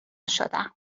شدم